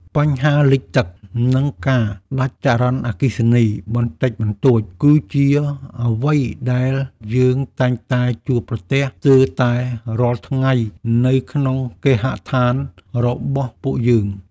បញ្ហាលេចទឹក និងការដាច់ចរន្តអគ្គិសនីបន្តិចបន្តួច គឺជាអ្វីដែលយើងតែងតែជួបប្រទះស្ទើរតែរាល់ថ្ងៃនៅក្នុងគេហដ្ឋានរបស់ពួកយើង។